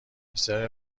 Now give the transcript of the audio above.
بسیاری